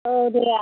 औ दे